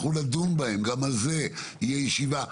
אנחנו נדון גם על זה בקרוב,